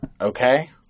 Okay